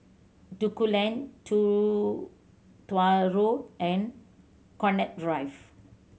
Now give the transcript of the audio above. Duku Lane Two Tuah Road and Connaught Drive